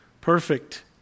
perfect